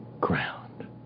ground